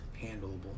handleable